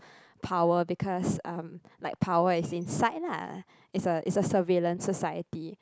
power because um like power is inside lah it's a it's a surveillance society